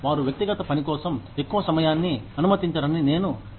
వారు వ్యక్తిగత పని కోసం ఎక్కువ సమయాన్ని అనుమతించరని నేను విన్నాను